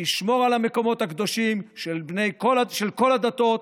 תשמור על המקומות הקדושים של כל הדתות,